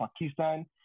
pakistan